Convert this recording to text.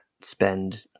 spend